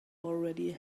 already